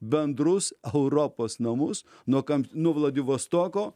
bendrus europos namus nuo kam nuo vladivostoko